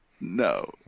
No